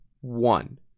one